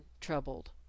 troubled